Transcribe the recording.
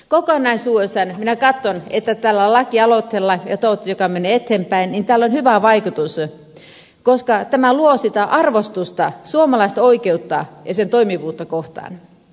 kokonaisuudessaan minä katson että tällä lakialoitteella joka toivottavasti menee eteenpäin on hyvä vaikutus koska tämä luo sitä arvostusta suomalaista oikeutta ja sen toimivuutta kohtaan